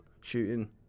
shooting